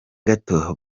gato